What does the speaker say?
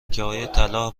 طلا